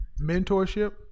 Mentorship